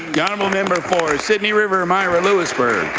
yeah honourable member for sydney river-mira-louisbourg.